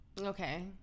Okay